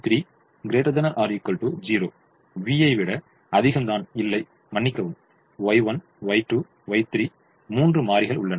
V3 ஐ விட அதிகம் தான் இல்லை மன்னிக்கவும் Y1 Y2 Y3 மூன்று மாறிகள் உள்ளன